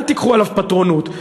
אל תיקחו עליו פטרונות,